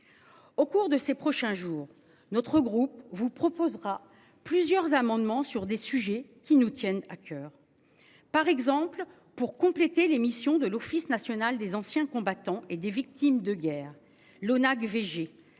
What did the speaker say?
Au cours de ces prochains jours notre groupe vous proposera plusieurs amendements sur des sujets qui nous tiennent à coeur. Par exemple pour compléter les missions de l'Office national des anciens combattants et des victimes de guerre l'ONAC VG